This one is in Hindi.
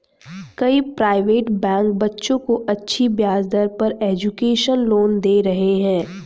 कई प्राइवेट बैंक बच्चों को अच्छी ब्याज दर पर एजुकेशन लोन दे रहे है